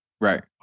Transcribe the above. Right